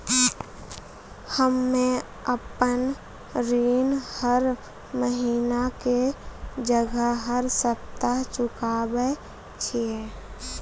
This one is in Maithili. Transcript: हम्मे आपन ऋण हर महीना के जगह हर सप्ताह चुकाबै छिये